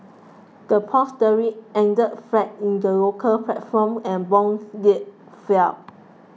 the pound sterling ended flat in the local platform and bond yields fell